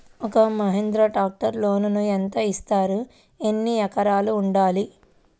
ఒక్క మహీంద్రా ట్రాక్టర్కి లోనును యెంత ఇస్తారు? ఎన్ని ఎకరాలు ఉండాలి?